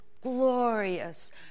glorious